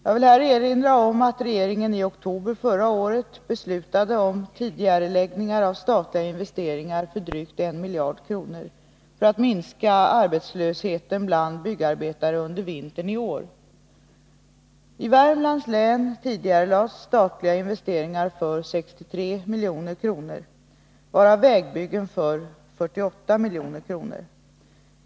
Jag vill här erinra om att regeringen i oktober förra året beslutade om tidigareläggningar av statliga investeringar för drygt 1 miljard kronor för att minska arbetslösheten bland byggarbetare under vintern i år. I Värmlands län tidigarelades statliga investeringar för 63 milj.kr., varav vägbyggen för 48 milj.kr.